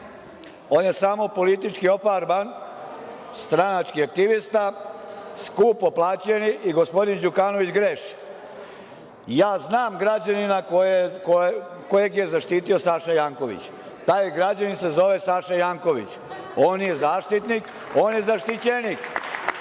je samo politički ofarban stranački aktivista, skupo plaćeni i gospodin Đukanović greši. Ja znam građanina kojeg je zaštitio Saša Janković. Taj građanin se zove Saša Janković. On je zaštitnik, on je zaštićenik,